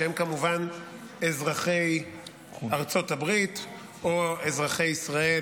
שהם כמובן אזרחי ארצות הברית או אזרחי ישראל